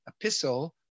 epistle